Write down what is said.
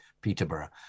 Peterborough